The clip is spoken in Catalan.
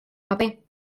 paper